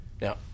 Now